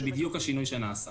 זה בדיוק השינוי שנעשה.